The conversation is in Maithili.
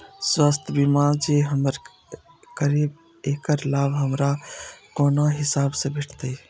स्वास्थ्य बीमा जे हम करेब ऐकर लाभ हमरा कोन हिसाब से भेटतै?